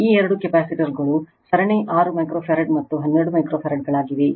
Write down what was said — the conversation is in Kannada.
ಈ ಎರಡು ಕೆಪಾಸಿಟರ್ಗಳು ಸರಣಿ 6 ಮೈಕ್ರೋಫರಾಡ್ ಮತ್ತು 12 ಮೈಕ್ರೋಫ್ಯಾರಡ್ ಗಳಾಗಿವೆ